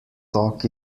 talk